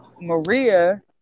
Maria